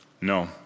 No